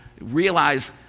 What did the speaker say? realize